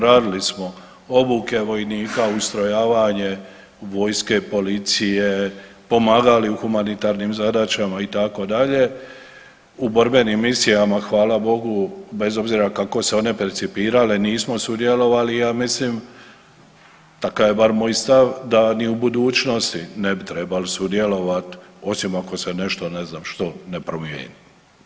Radili smo obuke vojnika, ustrojavanje vojske, policije, pomagali u humanitarnim zadaćama, itd., u borbenim misijama, hvala Bogu, bez obzira kako se one percipirale, nismo sudjelovali, ja mislim, takav je bar moj stav, da ni u budućnosti ne bi trebali sudjelovati, osim ako se nešto, ne znam što ne promijeni.